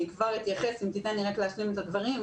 אני כבר אתייחס אם רק תיתן לי להשלים את הדברים.